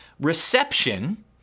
Reception